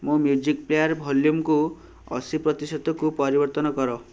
ମୋ music player ଭଲ୍ୟୁମ୍କୁ ଅଶୀ ପ୍ରତିଶତକୁ ପରିବର୍ତ୍ତନ କର